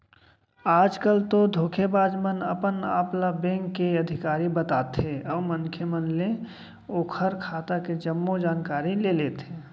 आज कल तो धोखेबाज मन अपन आप ल बेंक के अधिकारी बताथे अउ मनखे मन ले ओखर खाता के जम्मो जानकारी ले लेथे